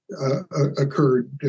occurred